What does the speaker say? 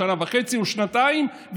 שנה וחצי או שנתיים,